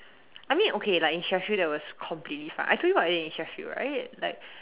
I mean okay like in Sheffield that was completely fine I told you what I ate in Sheffield right like